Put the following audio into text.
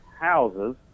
houses